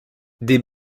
des